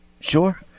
Sure